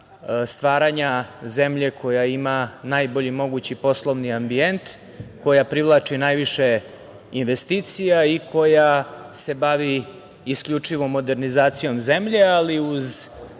stvaranja zemlje koja ima najbolji mogući poslovni ambijent, koja privlači najviše investicija i koja se bavi isključivo modernizacijom zemlje, ali uz